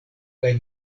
kaj